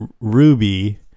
Ruby